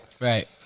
Right